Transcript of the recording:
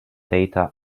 data